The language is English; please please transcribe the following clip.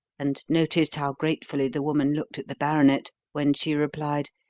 and noticed how gratefully the woman looked at the baronet when she replied,